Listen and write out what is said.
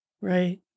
right